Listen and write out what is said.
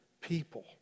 people